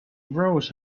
rose